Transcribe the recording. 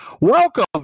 Welcome